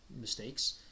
mistakes